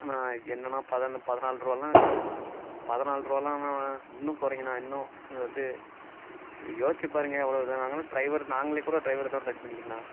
அண்ணா என்னண்ணா பத பதினாலு ரூபால்லாம் பதினாலு ரூபால்லாம் இல்லைனா இன்னும் குறைங்கண்ணா இன்னும் வந்து யோசிச்சு பாருங்க எவ்வளோ இது நாங்களும் டிரைவர் நாங்களே கூட டிரைவர் ஏதோன்னு ரெடி பண்ணிக்குறேணா